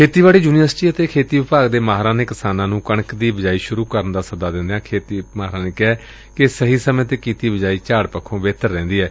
ਖੇਤੀਬਾੜੀ ਯੂਨੀਵਰਸਿਟੀ ਅਤੇ ਖੇਤੀ ਵਿਭਾਗ ਦੇ ਮਾਹਿਰਾਂ ਨੇ ਕਿਸਾਨਾਂ ਨੂੰ ਕਣਕ ਦੀ ਬਿਜਾਈ ਆਰੰਭ ਕਰਨ ਦਾ ਸੱਦਾ ਦਿੰਦਿਆਂ ਖੇਤੀ ਮਾਹਿਰਾਂ ਨੇ ਕਿਹਾ ਕਿ ਸਹੀ ਸਮੇਂ ਤੇ ਕੀਤੀ ਬਿਜਾਈ ਝਾੜ ਪੱਥੋਂ ਬੇਹਤਰ ਰਹਿੰਦੀ ਏ